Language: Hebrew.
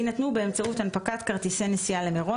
יינתנו באמצעות הנפקת כרטיסי נסיעה למירון